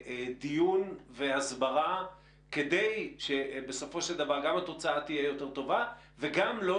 לדיון והסברה כדי שבסופו של דבר גם התוצאה תהיה יותר טובה וגם לא